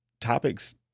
topics